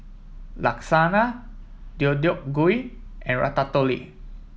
Lasagna Deodeok Gui and Ratatouille